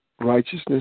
righteousness